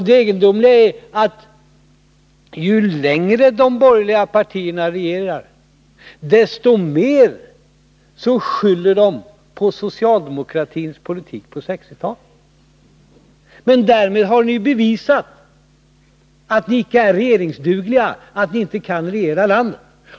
Det egendomliga är, att ju längre de borgerliga partierna regerar, desto mer skyller de på socialdemokratins politik under 1960-talet. Men därmed har ni ju bevisat att ni icke är regeringsdugliga, att ni inte kan regera landet.